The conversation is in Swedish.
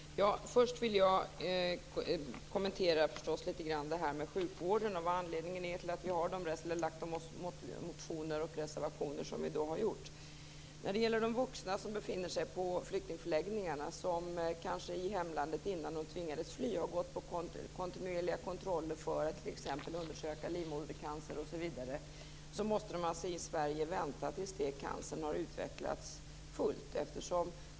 Fru talman! Först vill jag litet grand kommentera sjukvården och anledningen till att vi har skrivit de motioner och reservationer som vi har gjort. De vuxna som befinner sig på flyktingförläggningarna, och som kanske i hemlandet innan de tvingades fly har gått på kontinuerliga kontroller för att t.ex. undersöka livmodercancer, måste i Sverige vänta till dess att cancern har utvecklats fullt.